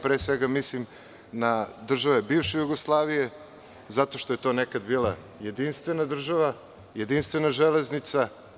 Pre svega mislim na države bivše Jugoslavije zato što je to nekada bila jedinstvena država, jedinstvena železnica.